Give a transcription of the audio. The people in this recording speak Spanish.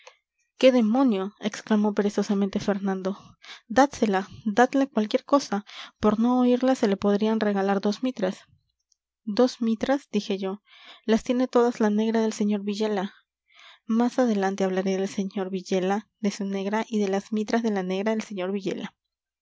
qué demonio exclamó perezosamente fernando dádsela dadle cualquier cosa por no oírla se le podrían regalar dos mitras dos mitras dije yo las tiene todas la negra del sr villela más adelante hablaré del sr villela de su negra y de las mitras de la negra del sr villela